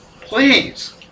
Please